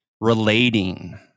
relating